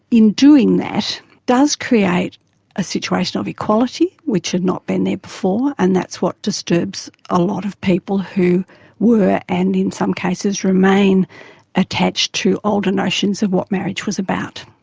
in doing that, does create a situation of equality which had not been there before and that's what disturbs a lot of people who were and in some cases remain attached to older notions of what marriage was about.